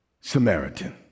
Samaritan